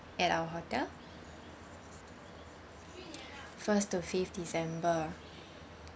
at our hotel first to fifth december